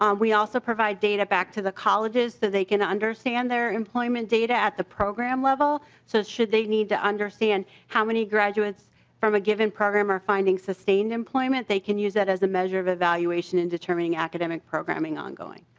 um we also provide data back to the colleges so they can understand their employment data at the program level. so should they need to understand how many graduates from a given program are finding sustained employment they can use that as a measure of evaluation and determine and academic programming. um